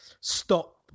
stop